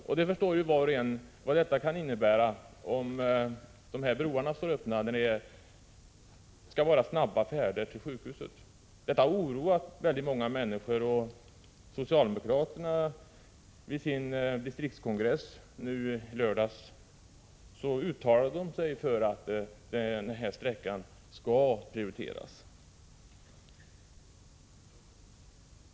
Var och en förstår ju vad det kan innebära om dessa broar står öppna när det skall vara snabba färder till sjukhuset. Detta oroar många människor. Socialdemokraterna uttalade sig vid sin distriktskongress i lördags för att denna sträcka skall prioriteras.